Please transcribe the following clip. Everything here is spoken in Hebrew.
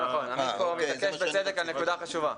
עמית מתעקש בצדק על נקודה חשובה.